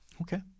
Okay